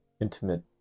intimate